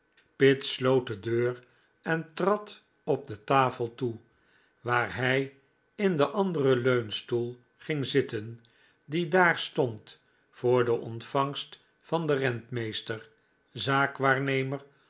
sloot de deur en trad op de tafel toe waar hij in den anderen leunstoel ging zitten die daar stond voor de ontvangst van den rentmeester zaakwaarnemer